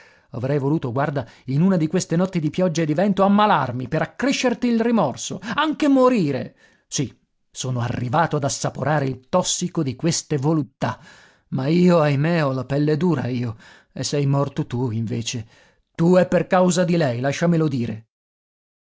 avrei voluto guarda in una di queste notti di pioggia e di vento ammalarmi per accrescerti il rimorso anche morire sì sono arrivato ad assaporare il tossico di queste voluttà ma io ahimè ho la pelle dura io e sei morto tu invece tu e per causa di lei lasciamelo dire